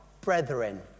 Brethren